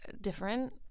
different